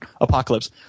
Apocalypse